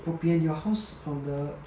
bobian your house from the